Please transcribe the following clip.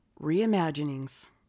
reimaginings